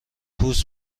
پوست